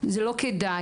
זה לא כדאי.